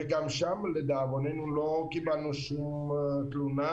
וגם שם לדאבוננו לא קיבלנו שום תלונה